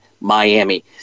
Miami